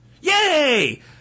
Yay